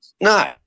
No